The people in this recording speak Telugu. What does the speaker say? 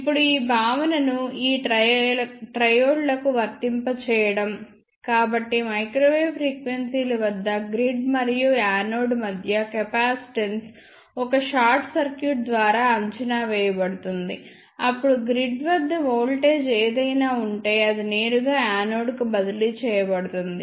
ఇప్పుడు ఈ భావనను ఈ ట్రైయోడ్లకు వర్తింపజేయడం కాబట్టి మైక్రోవేవ్ ఫ్రీక్వెన్సీల వద్ద గ్రిడ్ మరియు యానోడ్ మధ్య కెపాసిటెన్స్ ఒక షార్ట్ సర్క్యూట్ ద్వారా అంచనా వేయబడుతుంది అప్పుడు గ్రిడ్ వద్ద వోల్టేజ్ ఏదైనా ఉంటే అది నేరుగా యానోడ్కు బదిలీ చేయబడుతుంది